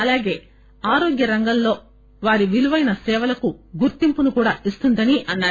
అలాగే ఆరోగ్యరంగంలో వారి విలుపైన సేవలకు గుర్తింపును కూడా ఇస్తుంది అన్నారు